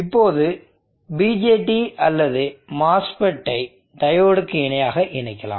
இப்போது BJT அல்லது MOSFET டை டையோடுக்கு இணையாக இணைக்கலாம்